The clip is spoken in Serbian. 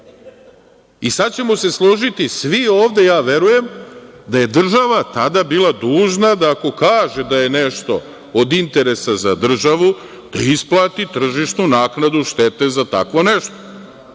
Sada ćemo se složiti svi ovde, ja verujem, da je država tada bila dužna da ako kaže da je nešto od interesa za državu da isplati tržištu naknadu štete za tako nešto,